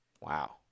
Wow